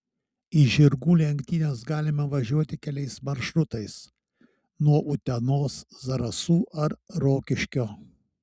į žirgų lenktynes galima važiuoti keliais maršrutais nuo utenos zarasų ar rokiškio